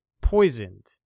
poisoned